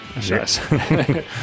Yes